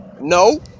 no